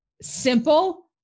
simple